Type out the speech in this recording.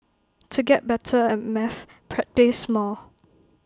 to get better at maths practise more